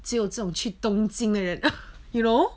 只有这种去东京的人 you know